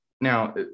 now